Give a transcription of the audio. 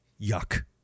Yuck